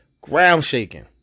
Ground-shaking